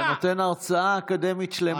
אתה נותן הרצאה אקדמית שלמה.